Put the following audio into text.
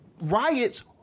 riots